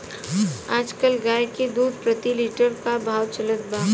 आज कल गाय के दूध प्रति लीटर का भाव चलत बा?